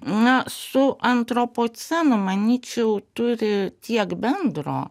na su antropocenu manyčiau turi tiek bendro